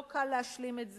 לא קל להשלים את זה.